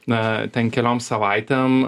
na ten kelioms savaitėm